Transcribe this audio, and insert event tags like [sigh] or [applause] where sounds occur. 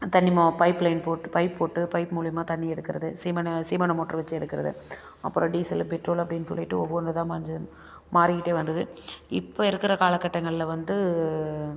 தண்ணி மோ பைப்லைன் போட்டு பைப் போட்டு பைப் மூலியமாக தண்ணி எடுக்கறது சீமை எண்ணெய் சீமை எண்ணெய் மோட்ரு வச்சி எடுக்கிறது அப்புறோம் டீசலு பெட்ரோல் அப்படின்னு சொல்லிவிட்டு ஒவ்வொன்று இதாக [unintelligible] மாறிக்கிட்டே வந்தது இப்போ இருக்கிற காலக்கட்டங்களில் வந்து